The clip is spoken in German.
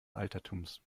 altertums